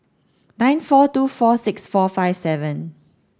nine four two four six four five seven